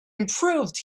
improved